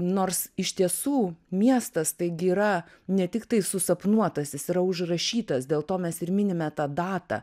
nors iš tiesų miestas taigi yra ne tiktai susapnuotasis jis yra užrašytas dėl to mes ir minime tą datą